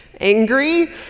Angry